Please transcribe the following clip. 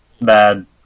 bad